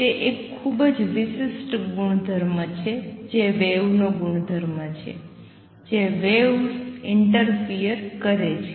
તે એક ખૂબ જ વિશિષ્ટ વેવ ગુણધર્મ છે જે વેવ્સ ઈંટરફિયર કરે છે